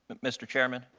mr. chairman,